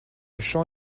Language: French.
champ